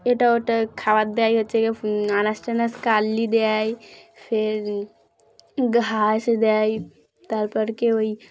এটা ওটা খাবার দেয় হচ্ছে গিয়ে আনাজ টানাজ কাটলে দেয় ফের ঘাস দেয় তারপর কে ওই